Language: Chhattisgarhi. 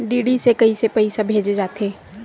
डी.डी से कइसे पईसा भेजे जाथे?